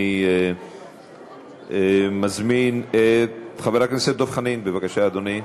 אני מזמין את חבר הכנסת דב חנין, בבקשה, אדוני.